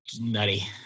nutty